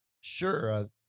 Sure